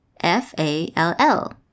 F-A-L-L